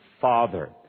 father